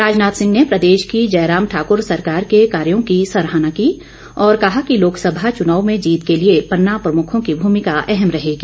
राजनाथ सिंह ने प्रदेश की जयराम ठाक्र सरकार के कार्यो की सराहना की और कहा कि लोकसभा चुनाव में जीत के लिए पन्ना प्रमुखों की भूमिका अहम रहेगी